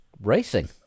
racing